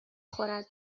خورد